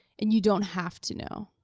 and you don't have to know.